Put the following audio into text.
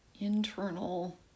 internal